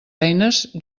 eines